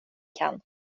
kan